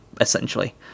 essentially